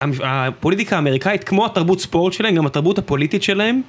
הפוליטיקה האמריקאית כמו התרבות ספורט שלהם, גם התרבות הפוליטית שלהם